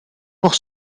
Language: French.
pour